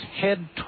head